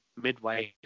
midwife